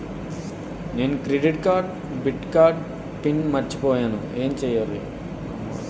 నేను credit card debit card PIN మర్చిపోయేను ఎం చెయ్యాలి?